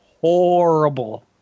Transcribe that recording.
Horrible